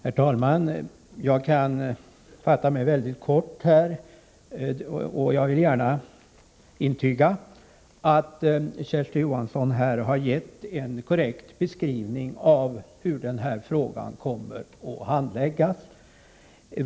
Herr talman! Jag kan fatta mig väldigt kort. Jag vill gärna intyga att Kersti Johansson har gjort en korrekt beskrivning av hur den här frågan kommer att handläggas.